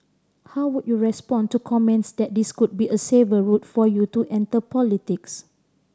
how would you respond to comments that this could be a safer route for you to enter politics